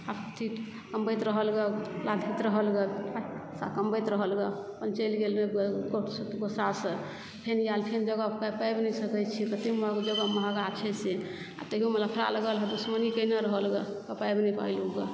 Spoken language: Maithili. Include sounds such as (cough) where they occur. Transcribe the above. अथी कमबैत रहल गे (unintelligible) रहल गे पैसा कमबैत रहल गे अपन चलि गेल कोर्ट (unintelligible) फेन आयल फेन जगह पाबि नहि सकय छै तते जगह महगा छै से तहुमे लफड़ा लगल दुश्मनी कयने रहल गे पाबि नहि पायलहु गे